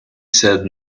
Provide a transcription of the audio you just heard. said